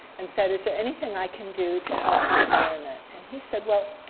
and said, is there anything i can do to help the environment? and he said, well,